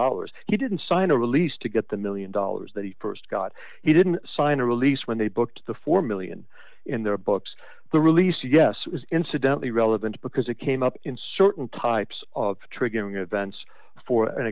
dollars he didn't sign a release to get the one million dollars that he st got he didn't sign a release when they booked the four million in their books the release yes is incidentally relevant because it came up in certain types of triggering events for an